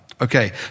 Okay